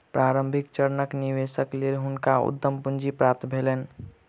प्रारंभिक चरणक निवेशक लेल हुनका उद्यम पूंजी प्राप्त भेलैन